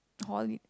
Holly